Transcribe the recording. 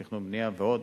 תכנון ובנייה ועוד,